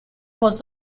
was